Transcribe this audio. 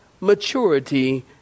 maturity